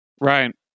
right